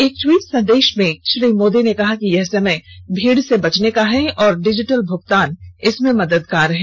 एक दवीट संदेश में श्री मोदी ने कहा कि यह समय भीड़ से बचने का है और डिजिटल भूगतान इसमें मददगार है